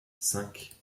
cinq